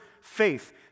faith